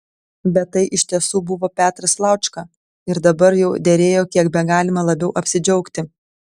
bet tai iš tiesų buvo petras laučka ir dabar jau derėjo kiek begalima labiau apsidžiaugti